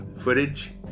Footage